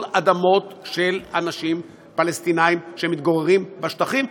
אדמות של אנשים פלסטינים שמתגוררים בשטחים,